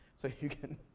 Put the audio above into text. so you can,